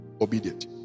obedient